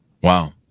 Wow